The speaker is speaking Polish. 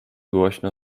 głośno